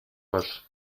bush